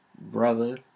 brother